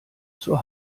zur